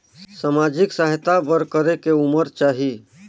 समाजिक सहायता बर करेके उमर चाही?